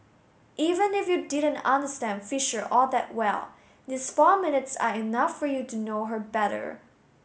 even if you didn't understand Fisher all that well these four minutes are enough for you to know her better